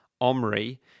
Omri